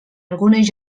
algunes